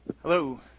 Hello